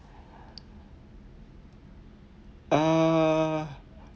err